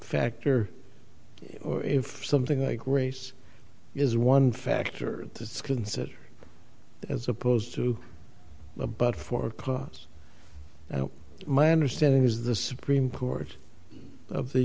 factor or if something like race is one factor to consider as opposed to a but for cause and my understanding is the supreme court of the